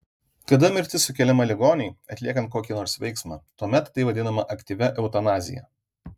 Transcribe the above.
kada mirtis sukeliama ligoniui atliekant kokį nors veiksmą tuomet tai vadinama aktyvia eutanazija